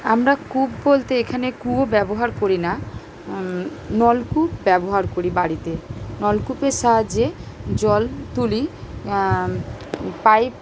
আমরা কূপ বলতে এখানে কুয়ো ব্যবহার করি না নলকূপ ব্যবহার করি বাড়িতে নলকূপের সাহায্যে জল তুলি পাইপ